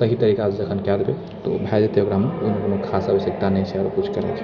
सही तरिकासँ जखन कए देबै तऽ ओ भए जेतै ओकरामे कोइ खास आवश्यकता नहि छै आओर किछु करैके